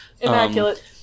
Immaculate